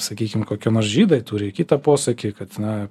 sakykim kokie nors žydai turi kitą posakį kad na